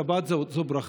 שבת זו ברכה.